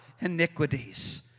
iniquities